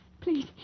Please